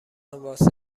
واسه